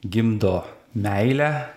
gimdo meilę